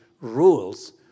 rules